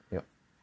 yup